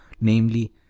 namely